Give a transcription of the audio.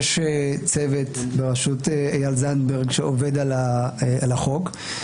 יש צוות בראשות איל זנדברג שעובד על החוק.